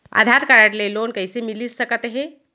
आधार card ले loan कइसे मिलिस सकत हे?